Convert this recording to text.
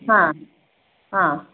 ಹಾಂ ಹಾಂ